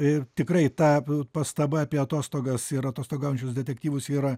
ir tikrai ta pastaba apie atostogas ir atostogaujančius detektyvus yra